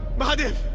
mahadev.